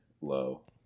low